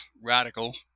radical